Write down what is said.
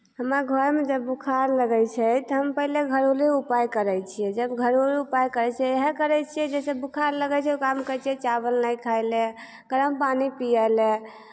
हमरा घरमे जब बुखार लगै छै तऽ हम पहिले घरेलू उपाय करै छियै जब घरेलू उपाय करै छियै इएह करै छियै जे जकरा बुखार लगै छै ओकरा कहै छियै चावल नहि खाय लेल गरम पानि पियै लेल